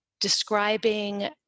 describing